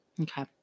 Okay